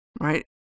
right